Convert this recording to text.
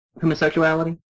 homosexuality